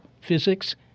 physics